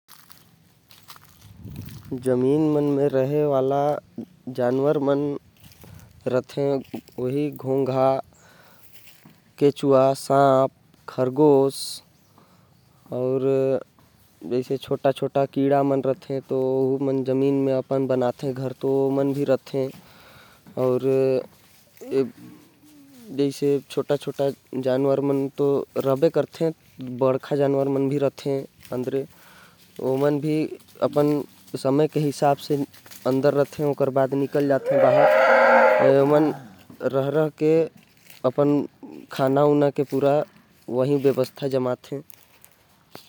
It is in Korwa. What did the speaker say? जमीन के नीचे बहुते सारा जानवर मन रहथे। ओमे होथे घोंगा, केंचुआ, साँप अउ खरगोश जेमन समय के संघे संघे। ओमन जमीन के उपर रहथे अउ नीचे भी रहथे।